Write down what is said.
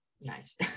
Nice